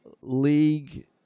League